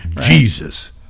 Jesus